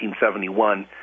1971